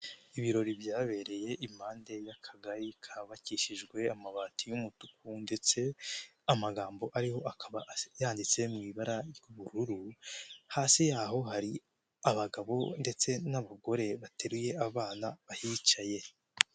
Ibirori byabereye impande y'Akagari kubakishijwe amabati y'umutuku ndetse amagambo ariho akaba yanditse mu ibara ry'ubururu, hasi y'aho hari abagabo ndetse n'abagore bateruye abana bahicaye.